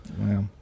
Wow